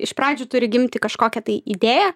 iš pradžių turi gimti kažkokia tai idėja